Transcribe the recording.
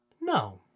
No